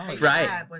Right